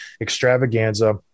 extravaganza